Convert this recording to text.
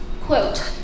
quote